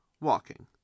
walking